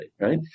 right